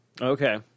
Okay